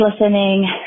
listening